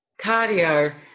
Cardio